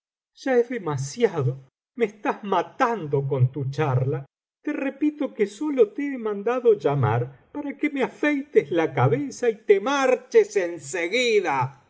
ya es demasiado me estás matando con tu charla te repito que sólo te he mandado llamar para que me afeites la cabeza y te marches en seguida